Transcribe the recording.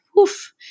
oof